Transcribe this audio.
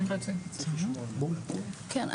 כן,